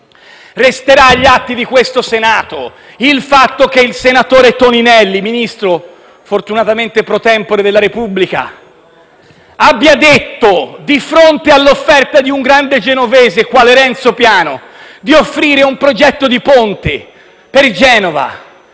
Resterà agli atti del Senato il fatto che il senatore Toninelli, Ministro, fortunatamente *pro tempore,* della Repubblica, di fronte all'offerta di un grande genovese, quale Renzo Piano, di un progetto di ponte in